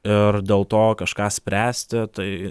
ir dėl to kažką spręsti tai